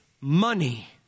money